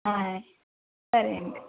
ఆయ్ సరే అండి